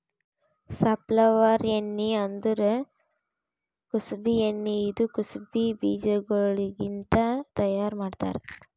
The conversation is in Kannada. ಸಾರ್ಫ್ಲವರ್ ಎಣ್ಣಿ ಅಂದುರ್ ಕುಸುಬಿ ಎಣ್ಣಿ ಇದು ಕುಸುಬಿ ಬೀಜಗೊಳ್ಲಿಂತ್ ತೈಯಾರ್ ಮಾಡ್ತಾರ್